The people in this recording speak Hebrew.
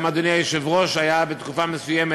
גם אדוני היושב-ראש היה בתקופה מסוימת,